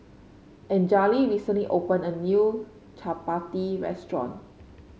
Anjali recently opened a new Chapati restaurant